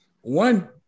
One